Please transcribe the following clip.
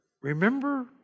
Remember